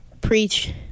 Preach